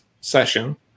session